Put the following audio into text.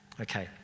Okay